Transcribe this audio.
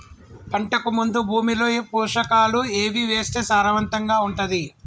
పంటకు ముందు భూమిలో పోషకాలు ఏవి వేస్తే సారవంతంగా ఉంటది?